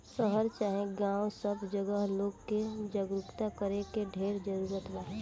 शहर चाहे गांव सब जगहे लोग के जागरूक करे के ढेर जरूरत बा